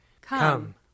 Come